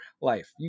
life